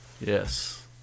yes